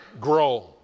grow